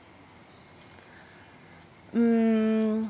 mm